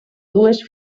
dues